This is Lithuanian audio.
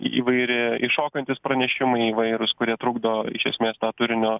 įvairi iššokantys pranešimai įvairūs kurie trukdo iš esmės tą turinio